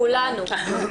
כולנו.